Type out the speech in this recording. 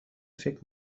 فکر